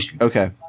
Okay